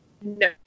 No